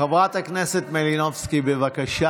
חברת הכנסת מלינובסקי, בבקשה.